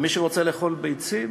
ומי שרוצה לאכול ביצים